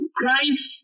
Christ